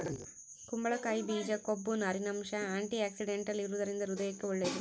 ಕುಂಬಳಕಾಯಿ ಬೀಜ ಕೊಬ್ಬು, ನಾರಿನಂಶ, ಆಂಟಿಆಕ್ಸಿಡೆಂಟಲ್ ಇರುವದರಿಂದ ಹೃದಯಕ್ಕೆ ಒಳ್ಳೇದು